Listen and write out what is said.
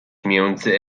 między